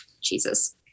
Jesus